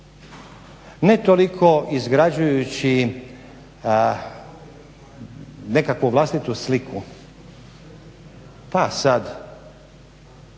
ne toliko izgrađujući nekakvu vlastitu sliku, pa sada,